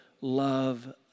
love